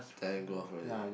then go off already